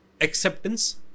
Acceptance